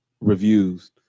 reviews